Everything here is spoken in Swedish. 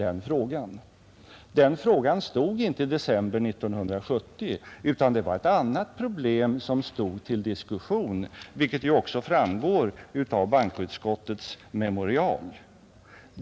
Den frågan var inte ställd i december 1970 utan då var det ett annat problem som förelåg till diskussion, vilket också framgår av bankoutskottets memorial.